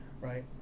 right